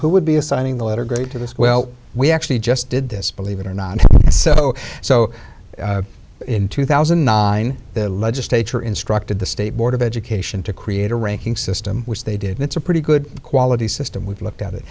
who would be assigning the letter grade to this well we actually just did this believe it or not and so so in two thousand and nine the legislature instructed the state board of education to create a ranking system which they did and it's a pretty good quality system we've looked at it